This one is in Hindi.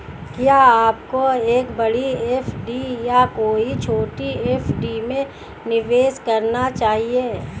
क्या आपको एक बड़ी एफ.डी या कई छोटी एफ.डी में निवेश करना चाहिए?